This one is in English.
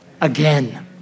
again